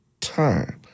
time